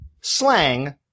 Slang